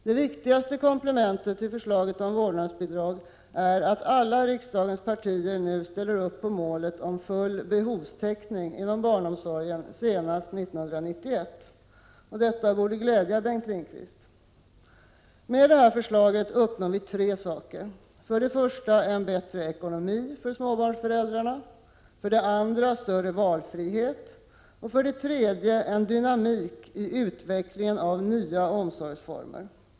Det viktigaste komplementet till förslaget om vårdnadsbidrag är att alla riksdagens partier nu ställer upp för målet om full behovstäckning inom barnomsorgen senast 1991. Detta borde glädja Bengt Lindqvist. Med detta förslag uppnår vi tre saker: För det första en bättre ekonomi för småbarnsföräldrarna, för det andra större valfrihet och för det tredje en dynamik i utvecklingen av nya omsorgsformer.